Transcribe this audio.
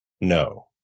no